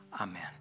Amen